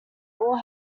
all